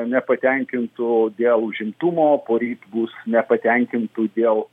nepatenkintų dėl užimtumo poryt bus nepatenkintų dėl